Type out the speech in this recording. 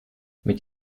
mit